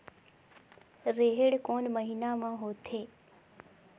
रेहेण कोन महीना म होथे?